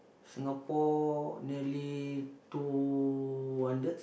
Singapore nearly two wonders